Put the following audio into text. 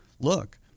look